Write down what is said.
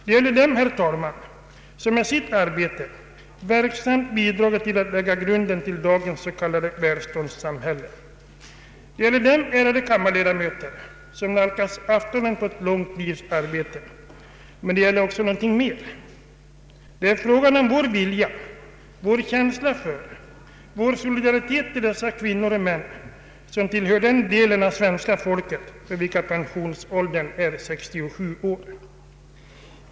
Det gäller dem, herr talman, som med sitt arbete verksamt bidragit till att lägga grunden till dagens s.k. välståndssamhälle. Det gäller dem, ärade kammarledamöter, som nalkas aftonen på ett långt livs arbete. Men det gäller också någonting mer. Det är frågan om vår vilja, vår känsla för, vår solidaritet med dessa kvinnor och män, som tillhör den del av svenska folket för vilken pensionsåldern är 67 år.